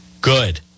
Good